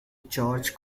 george